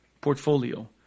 portfolio